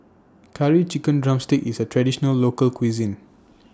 Curry Chicken Drumstick IS A Traditional Local Cuisine